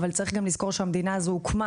אבל גם צריך לזכור שהמדינה הזו הוקמה